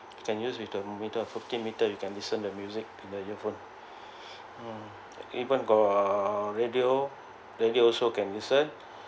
you can use with the meter fifteen meter you can listen the music the earphone mm even got radio then you also can listen